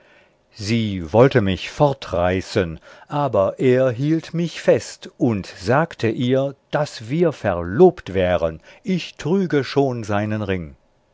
sie wollte mich fortreißen aber er hielt mich fest und sagte ihr daß wir verlobt wären ich trüge schon seinen ring